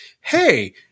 hey